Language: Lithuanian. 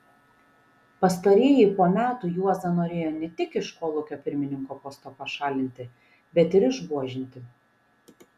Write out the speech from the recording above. pastarieji po metų juozą norėjo ne tik iš kolūkio pirmininko posto pašalinti bet ir išbuožinti